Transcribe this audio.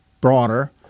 broader